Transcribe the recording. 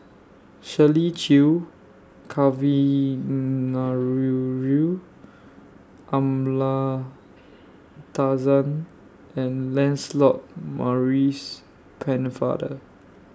Shirley Chew Kavignareru Amallathasan and Lancelot Maurice Pennefather